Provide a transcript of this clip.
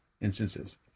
instances